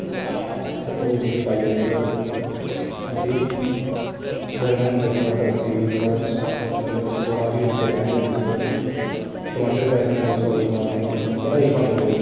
ते ओह् चीज पाइयै तुस उसी गर्म होन देओ थोह्ड़ा तड़के गी थोह्ड़ा मतलब उसी थोह्ड़ा हीट च रैह्न देओ थोह्ड़े चिर टमाटर बी पाई सकने तुस स्वाद अनुसार थोम शोम बड़ा किश पांदे लोक